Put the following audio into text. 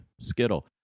Skittle